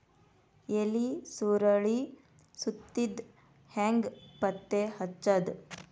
ಎಲಿ ಸುರಳಿ ಸುತ್ತಿದ್ ಹೆಂಗ್ ಪತ್ತೆ ಹಚ್ಚದ?